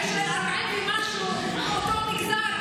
כאשר 40% ומשהו הם מאותו מגזר,